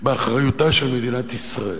באחריותה של מדינת ישראל